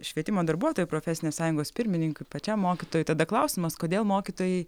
švietimo darbuotojų profesinės sąjungos pirmininkui pačiam mokytojui tada klausimas kodėl mokytojai